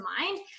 mind